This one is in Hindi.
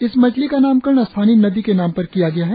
इस मछली का नामकरण स्थानीय नदी के नाम पर किया गया है